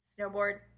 snowboard